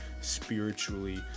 spiritually